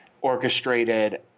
orchestrated